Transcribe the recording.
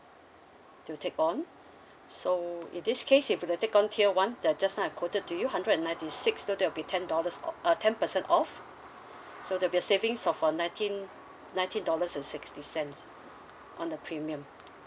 to take on so in this case if you were to take on tier one the just now I quoted to you hundred and ninety six so that will be ten dollars off uh ten percent off so there'll be a savings of uh nineteen nineteen dollars and sixty cents on the premium